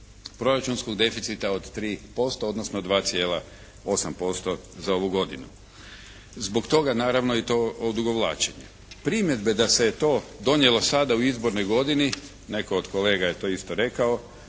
proračunskog deficita od 3%, odnosno 2,8% za ovu godinu. Zbog toga naravno i to odugovlačenje. Primjedbe da se je to donijelo sada u izbornoj godini, netko od kolega je to isto rekao,